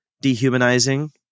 dehumanizing